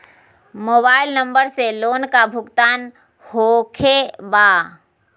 Mobile number से loan का भुगतान होखे बा?